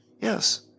Yes